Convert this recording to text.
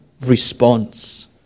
response